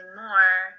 more